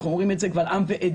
אנחנו אומרים את זה קבל עם ועדה.